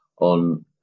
on